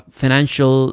financial